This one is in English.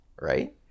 right